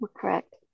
Correct